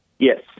Yes